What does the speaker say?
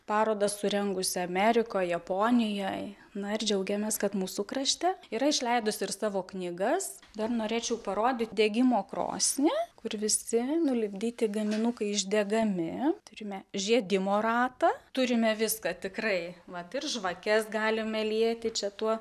parodas surengusi amerikoj japonijoj na ir džiaugiamės kad mūsų krašte yra išleidusi ir savo knygas dar norėčiau parodyt degimo krosnį kur visi nulipdyti gaminukai išdegami turime žiedimo ratą turime viską tikrai vat ir žvakes galime lieti čia tuo